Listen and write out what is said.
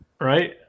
right